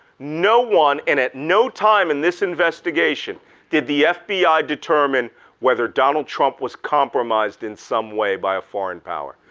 no one and at no time in this investigation did the fbi determine whether donald trump was compromised in some way by a foreign power.